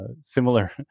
similar